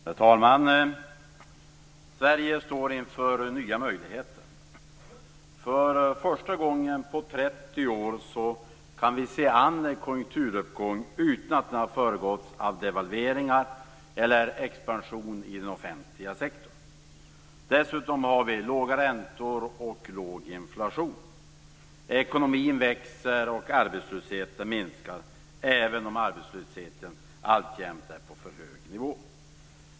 Herr talman! Sverige står inför nya möjligheter! För första gången på 30 år kan vi se an en konjunkturuppgång utan att den har föregåtts av devalveringar eller expansion i den offentliga sektorn. Dessutom har vi låga räntor och låg inflation. Ekonomin växer och arbetslösheten minskar, även om arbetslösheten alltjämt är på en för hög nivå.